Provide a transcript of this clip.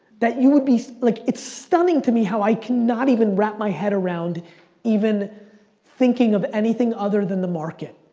that you would be, like it's stunning to me how i cannot even wrap my head around even thinking of anything other than the market.